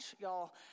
y'all